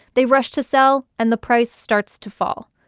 they rush to sell, and the price starts to fall.